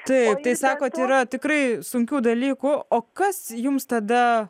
taip tai sakote yra tikrai sunkių dalykų o kas jums tada